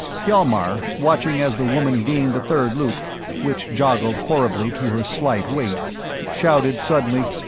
hjalmar, watching as the woman gained the third loop which joggled horribly to her slight weight shouted suddenly,